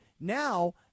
Now